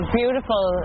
beautiful